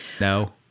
no